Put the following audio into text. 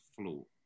flow